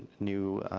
new